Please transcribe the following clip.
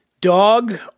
dog